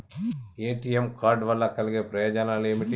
ATM card వల్ల కలిగే ప్రయోజనాలు ఏమిటి?